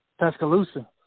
Tuscaloosa